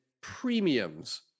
premiums